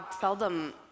seldom